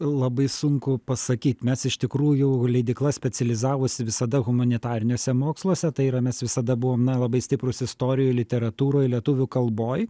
labai sunku pasakyt mes iš tikrųjų leidykla specializavosi visada humanitariniuose moksluose tai yra mes visada buvom na labai stiprūs istorijoj ir literatūroj lietuvių kalboj